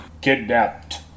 Kidnapped